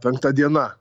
penkta diena